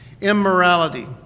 Immorality